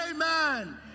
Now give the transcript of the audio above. amen